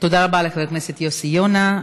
תודה רבה לחבר הכנסת יוסי יונה.